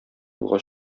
юлга